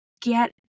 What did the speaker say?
get